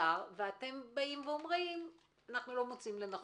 ואתם אומרים: אנחנו לא מוצאים לנכון.